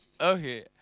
okay